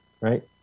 right